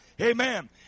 Amen